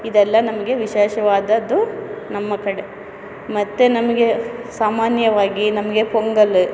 ಇದೆಲ್ಲ ನಮಗೆ ವಿಶೇಷವಾದದ್ದು ನಮ್ಮ ಕಡೆ ಮತ್ತು ನಮಗೆ ಸಾಮಾನ್ಯವಾಗಿ ನಮಗೆ ಪೊಂಗಲ್